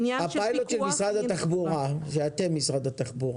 טיולית, רכב מדברי, רכב סיור.